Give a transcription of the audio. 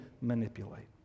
manipulate